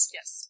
Yes